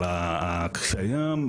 אבל הקשיים,